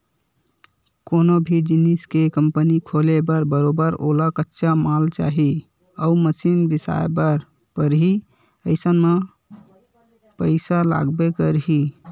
कोनो भी जिनिस के कंपनी खोलबे त बरोबर ओला कच्चा माल चाही अउ मसीन बिसाए बर परही अइसन म पइसा लागबे करही